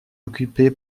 occupée